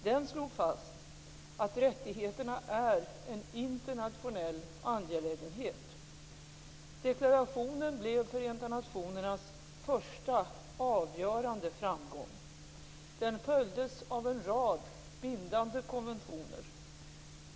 Den slog fast att rättigheterna är en internationell angelägenhet. Deklarationen blev Förenta nationernas första avgörande framgång. Den följdes av en rad bindande konventioner.